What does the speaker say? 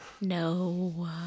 No